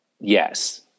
Yes